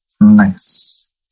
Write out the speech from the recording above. Nice